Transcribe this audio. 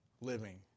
living